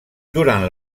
durant